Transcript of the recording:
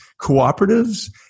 cooperatives